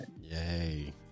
Yay